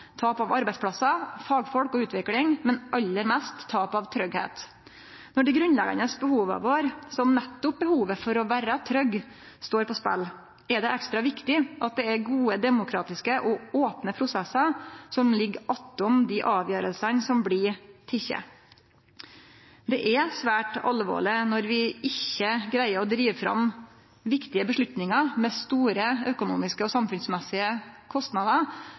tap – tap av arbeidsplassar, fagfolk og utvikling, men aller mest tap av tryggleik. Når dei grunnleggjande behova våre, som nettopp behovet for å vere trygg, står på spel, er det ekstra viktig at det er gode, demokratiske og opne prosessar som ligg attom dei avgjerdene som blir tekne. Det er svært alvorleg når vi ikkje greier å drive fram viktige avgjerder med store økonomiske og samfunnsmessige kostnader